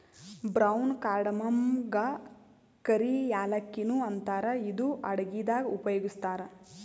brown ಕಾರ್ಡಮಮಗಾ ಕರಿ ಯಾಲಕ್ಕಿ ನು ಅಂತಾರ್ ಇದು ಅಡಗಿದಾಗ್ ಉಪಯೋಗಸ್ತಾರ್